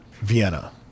Vienna